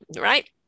Right